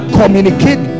communicate